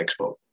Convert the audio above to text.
Expo